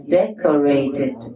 decorated